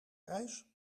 reis